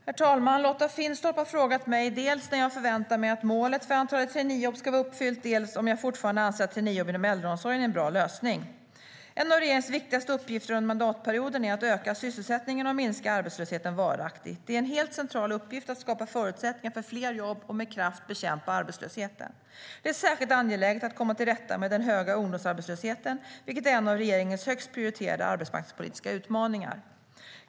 Herr talman! Lotta Finstorp har frågat mig dels när jag förväntar mig att målet för antalet traineejobb ska vara uppfyllt, dels om jag fortfarande anser att traineejobb inom äldreomsorgen är en bra lösning. En av regeringens viktigaste uppgifter under mandatperioden är att öka sysselsättningen och minska arbetslösheten varaktigt. Det är en helt central uppgift att skapa förutsättningar för fler jobb och med kraft bekämpa arbetslösheten. Det är särskilt angeläget att komma till rätta med den höga ungdomsarbetslösheten, vilket är en av regeringens högst prioriterade arbetsmarknadspolitiska utmaningar.